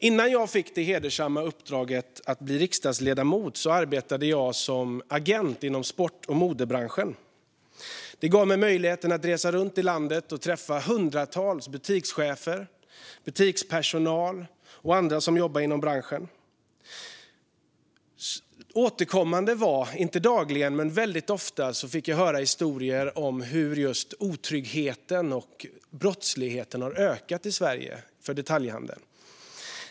Innan jag fick det hedersamma uppdraget som riksdagsledamot arbetade jag som agent inom sport och modebranschen. Det gav mig möjligheten att resa runt i landet och träffa hundratals butikschefer, butikspersonal och andra som jobbar i branschen. Återkommande, inte dagligen men väldigt ofta, fick jag höra historier om hur otryggheten och brottsligheten har ökat för detaljhandeln i Sverige.